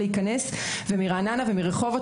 רעננה ורחובות.